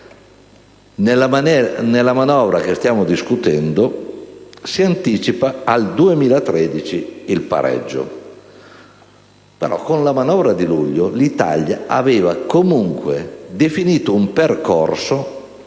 Nella manovra che stiamo discutendo il pareggio si anticipa al 2013. Tuttavia, con la manovra di luglio l'Italia aveva comunque definito un percorso